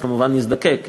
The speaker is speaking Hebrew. כמובן נזדקק,